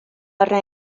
arna